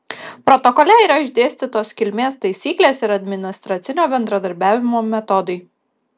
protokole yra išdėstytos kilmės taisyklės ir administracinio bendradarbiavimo metodai